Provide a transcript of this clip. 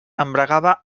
embragava